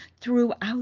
throughout